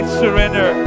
surrender